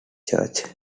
church